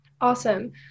awesome